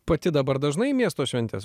pati dabar dažnai į miesto šventes